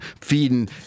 feeding